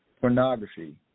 pornography